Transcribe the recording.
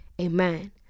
Amen